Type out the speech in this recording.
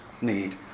need